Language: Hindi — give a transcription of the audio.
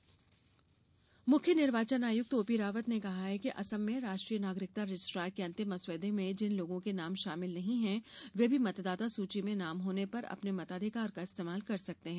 निर्वाचन आयोग मुख्य निर्वाचन आयुक्त ओ पी रावत ने कहा कि असम में राष्ट्रीय नागरिकता रजिस्टर के अंतिम मसौदे में जिन लोगों के नाम शामिल नहीं हैं वे भी मतदाता सूची में नाम होने पर अपने मताधिकार का इस्तेमाल कर सकते हैं